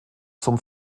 zum